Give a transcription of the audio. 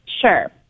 Sure